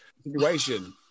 Situation